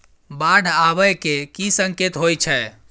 बाढ़ आबै केँ की संकेत होइ छै?